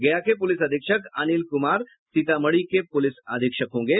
गया के पुलिस अधीक्षक अनिल कुमार सीतामढ़ी के पुलिस अधीक्षक होंगे